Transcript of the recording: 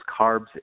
carbs